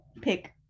pick